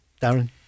Darren